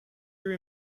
your